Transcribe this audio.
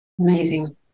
amazing